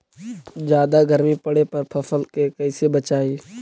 जादा गर्मी पड़े पर फसल के कैसे बचाई?